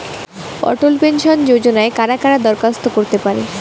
অটল pension যোজনায় কারা কারা দরখাস্ত করতে পারে?